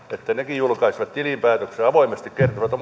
julkaisisivat nekin tilinpäätöksen avoimesti avoimemmin kuin tänään